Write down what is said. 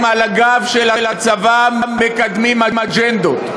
על הגב של הצבא מקדמים אג'נדות?